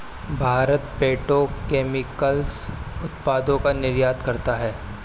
Bharat petro chemicals उत्पादों का निर्यात करता है